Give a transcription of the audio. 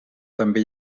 també